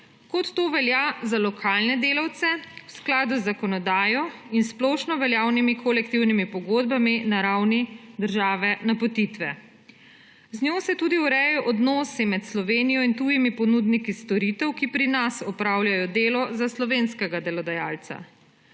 kot to velja za lokalne delavce v skladu z zakonodajo in splošno veljavnimi kolektivnimi pogodbami na ravni države napotitve. Z njo se tudi urejajo odnosi med Slovenijo in tujimi ponudniki storitev, ki pri nas opravljajo delo za slovenskega delodajalca.